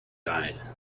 died